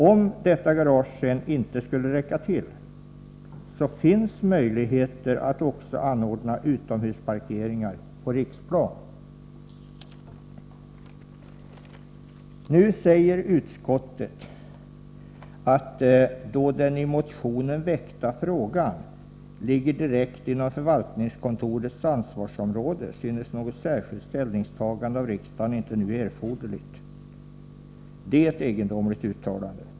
Om detta garage sedan inte skulle räcka till finns möjligheter att också anordna utomhusparkeringar på Riksplan. Nu säger utskottet: ”Då den i motionen väckta frågan direkt ligger inom förvaltningskontorets ansvarsområde synes något särskilt ställningstagande av riksdagen inte nu erforderligt.” Det är ett egendomligt uttalande.